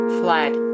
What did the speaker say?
flat